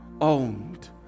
owned